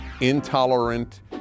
intolerant